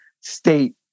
state